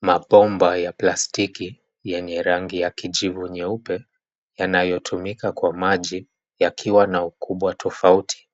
Mabomba ya plastiki yenye rangi ya kijivu nyeupe, yanayotumika kwa maji yakiwa na ukumbwa tofauti;